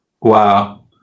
Wow